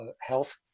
health